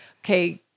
okay